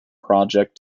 project